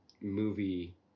movie